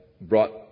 brought